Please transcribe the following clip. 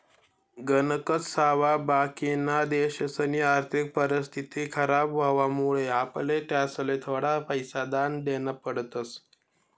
गणकच सावा बाकिना देशसनी आर्थिक परिस्थिती खराब व्हवामुळे आपले त्यासले थोडा पैसा दान देना पडतस